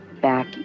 back